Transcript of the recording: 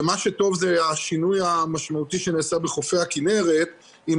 ומה שטוב זה השינוי המשמעותי שנעשה בחופי הכנרת עם